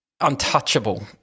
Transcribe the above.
untouchable